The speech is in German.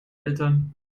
eltern